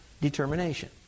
determination